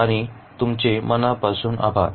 आणि तुमचे मनापासून आभार